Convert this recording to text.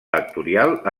vectorial